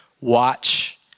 Watch